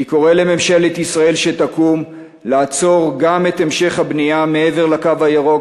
אני קורא לממשלת ישראל שתקום לעצור גם את המשך הבנייה מעבר לקו הירוק,